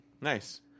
Nice